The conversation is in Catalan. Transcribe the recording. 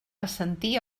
assentir